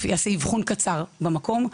הצוות יעשה אבחון קצר במקום,